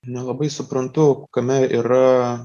nelabai suprantu kame yra